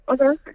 okay